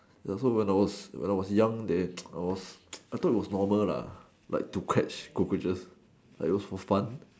ya so I was young I thought was normal to catch cockroaches like it was for fun